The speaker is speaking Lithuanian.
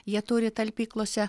jie turi talpyklose